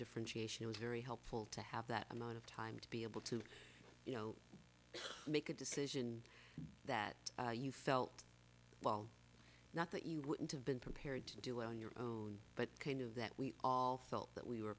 differentiation was very helpful to have that amount of time to be able to you know make a decision that you felt well not that you wouldn't have been prepared to do on your own but kind of that we all felt that we were